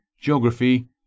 geography